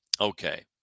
okay